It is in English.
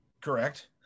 Correct